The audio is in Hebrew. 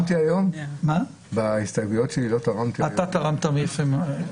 תקנות סמכויות מיוחדות להתמודדות עם נגיף הקורונה